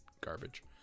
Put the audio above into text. garbage